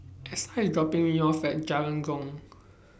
Essa IS dropping Me off At Jalan Jong